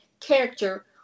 character